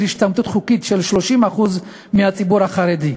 השתמטות חוקית של 30% מהציבור החרדי,